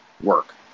work